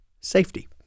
safety